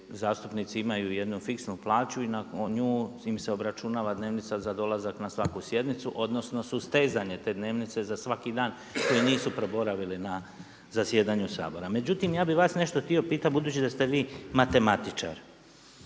zastupnici imaju jednu fiksnu plaću i na nju im se obračunava dnevnica za dolazak na svaku sjednicu, odnosno sustezanje te dnevnice za svaki dan koji nisu proboravili na zasjedanju Sabora. Međutim, ja bih vas nešto htio pitati budući da ste vi matematičar.